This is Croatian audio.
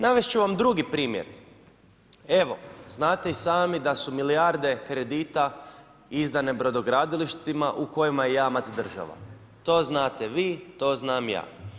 Navest ću vam drugi primjer, evo, znate i sami da su milijarde kredita izdane brodogradilištima u kojima je jamac država, to znate vi, to znam i ja.